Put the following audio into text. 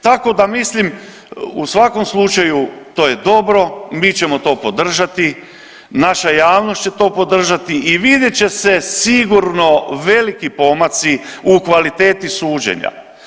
Tako da mislim u svakom slučaju to je dobro, mi ćemo to podržati, naša javnost će to podržati i vidjet će se sigurno veliki pomaci u kvaliteti suđenja.